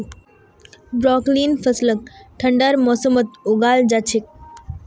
ब्रोकलीर फसलक ठंडार मौसमत उगाल जा छेक